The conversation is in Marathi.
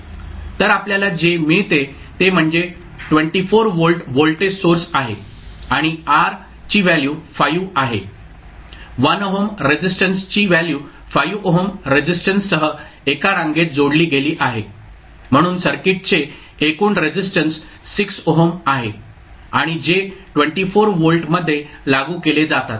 तर आपल्याला जे मिळते ते म्हणजे 24 व्होल्ट व्होल्टेज सोर्स आहे आणि R ची व्हॅल्यू 5 आहे 1 ओहम रेझिस्टन्सची व्हॅल्यू 5 ओहम रेझिस्टन्ससह एका रांगेत जोडली गेली आहे म्हणून सर्किटचे एकूण रेझिस्टन्स 6 ओहम आहे आणि जे 24 व्होल्ट मध्ये लागू केले जातात